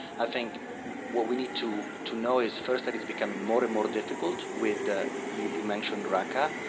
i think what we need to to know is first that it's becoming more and more difficult with you you mentioned raqqa,